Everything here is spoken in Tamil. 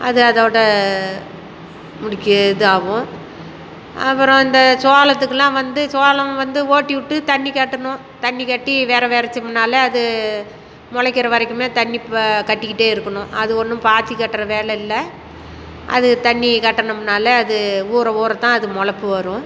அது அதோடய முடிக்க இதாகும் அப்புறம் அந்த சோளத்துக்கெலாம் வந்து சோளம் வந்து ஓட்டிவிட்டு தண்ணி கட்டணும் தண்ணி கட்டி வெதை வெதைச்சோம்னாலே அது முளைக்கிற வரைக்குமே தண்ணி கட்டிக்கிட்டே இருக்கணும் அது ஒன்றும் பாத்தி கட்டுற வேலை இல்லை அது தண்ணி கட்டுணம்னால அது ஊற ஊறத்தான் அது முளப்பு வரும்